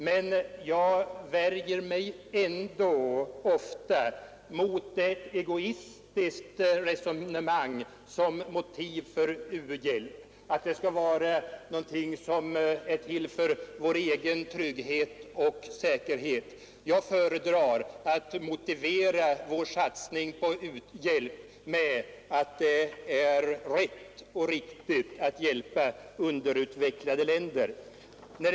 Men jag värjer mig ändå ofta mot ett egoistiskt resonemang som motiv för u-hjälp, mot resonemanget alltså att u-hjälpen är till för vår egen trygghet och säkerhet. Jag föredrar att motivera vår satsning på u-hjälp med att det är rätt och riktigt att hjälpa underutvecklade länder.